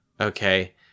okay